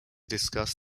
discuss